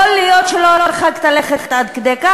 יכול להיות שלא הרחקת לכת עד כדי כך.